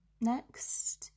next